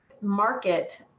market